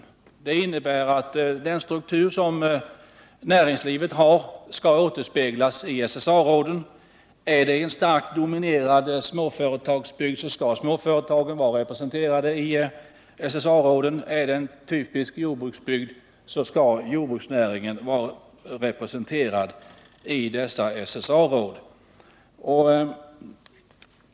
Det innebär att näringslivets struktur skall återspeglas i SSA-råden. I en bygd som är starkt dominerad av småföretag skall dessa vara representerade i SSA-råden, och i en typisk jordbruksbygd skall jordbruksnäringen vara representerad.